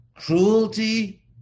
cruelty